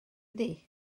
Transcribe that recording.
ydy